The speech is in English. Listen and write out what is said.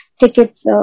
tickets